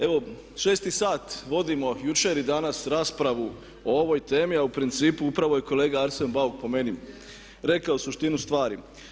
Evo šesti sat vodimo jučer i danas raspravu o ovoj temi a u principu upravo je kolega Arsen Bauk po meni rekao suštinu stvari.